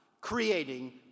creating